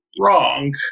wrong